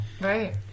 Right